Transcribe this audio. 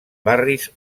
barris